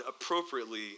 appropriately